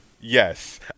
Yes